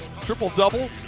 Triple-double